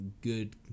good